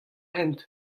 hent